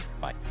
Bye